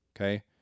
okay